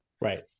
Right